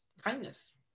kindness